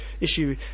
issue